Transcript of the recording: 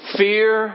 fear